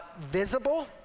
visible